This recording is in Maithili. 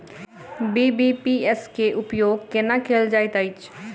बी.बी.पी.एस केँ उपयोग केना कएल जाइत अछि?